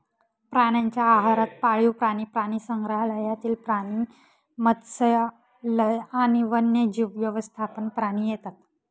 प्राण्यांच्या आहारात पाळीव प्राणी, प्राणीसंग्रहालयातील प्राणी, मत्स्यालय आणि वन्यजीव व्यवस्थापन प्राणी येतात